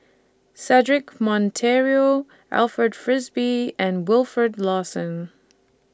Cedric Monteiro Alfred Frisby and Wilfed Lawson